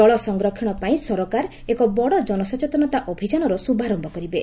ଜଳ ସଂରକ୍ଷଣ ପାଇଁ ସରକାର ଏକ ବଡ଼ ଜନସଚେତନତା ଅଭିଯାନର ଶୁଭାରମ୍ଭ କରିବେ